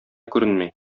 күренми